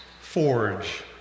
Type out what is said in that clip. forge